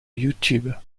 youtube